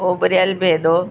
उॿरियल बेदो